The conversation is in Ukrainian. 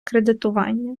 кредитування